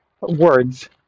words